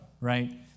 right